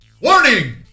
WARNING